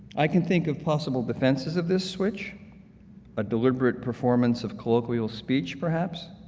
i can think of possible defenses of this switch a deliberate performance of colloquial speech, perhaps,